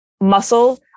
muscle